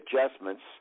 adjustments